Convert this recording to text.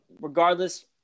regardless